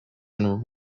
and